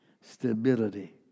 stability